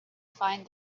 find